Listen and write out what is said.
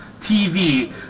TV